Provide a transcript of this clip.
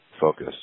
focus